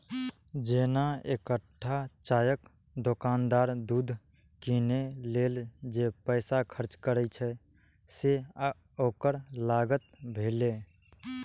जेना एकटा चायक दोकानदार दूध कीनै लेल जे पैसा खर्च करै छै, से ओकर लागत भेलै